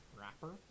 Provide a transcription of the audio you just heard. wrapper